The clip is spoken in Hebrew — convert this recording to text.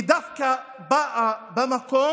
היא דווקא באה למקום